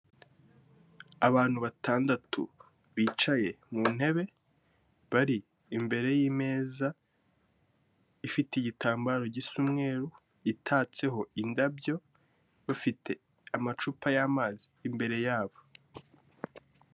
Abantu batandatu bicaye mu ntebe, bari imbere y'imeza, ifite igitambaro gisa umweru, itatseho indabyo, bafite amacupa y'amazi imbere yabo.